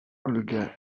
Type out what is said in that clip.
olga